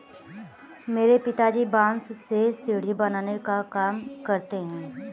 मेरे पिताजी बांस से सीढ़ी बनाने का काम करते हैं